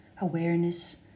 awareness